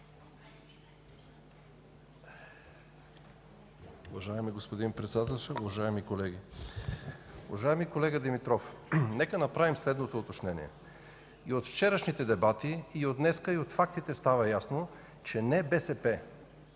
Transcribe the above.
Уважаеми господин Председател, уважаеми колеги! Уважаеми колега Димитров! Нека направим следното уточнение. И от вчерашните дебати, и от днешните, и от фактите става ясно, че не БСП,